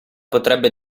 potrebbe